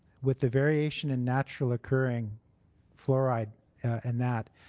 with the variation in natural occurring fluoride and that,